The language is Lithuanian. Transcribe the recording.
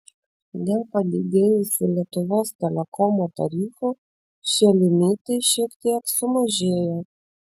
dėl padidėjusių lietuvos telekomo tarifų šie limitai šiek tiek sumažėjo